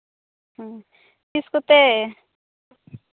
ᱦᱮᱸ ᱛᱤᱥ ᱠᱚᱛᱮ